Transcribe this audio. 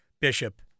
Bishop